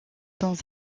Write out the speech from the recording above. dans